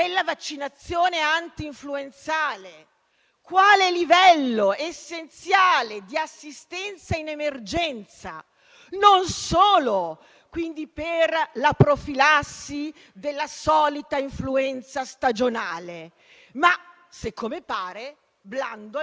Mi pare che ce ne sia abbastanza, ma vi aggiungo un'altra suggestione. La sinistra, che ha fatto della "demeritocrazia" un suo *mantra* dagli anni Settanta in poi, avendo